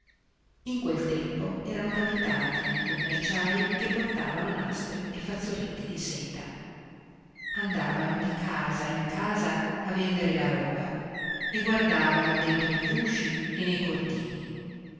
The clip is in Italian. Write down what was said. in quel tempo erano capitati due merciai che portavano nastri e fazzoletti di seta andavano di casa in casa a vendere la roba e guardavano dentro gli usci e nei cortili